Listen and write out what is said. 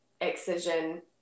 excision